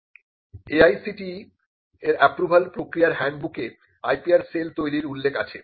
AICTE র approval প্রক্রিয়ার হ্যান্ডবুকে IPR সেল তৈরীর উল্লেখ আছে